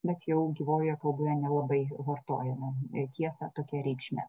bet jau gyvojoje kalboje nelabai vartojame tiesą tokia reikšme